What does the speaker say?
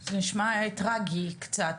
זה נשמע טרגי קצת.